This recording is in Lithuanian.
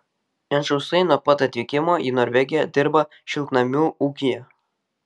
jančauskai nuo pat atvykimo į norvegiją dirba šiltnamių ūkyje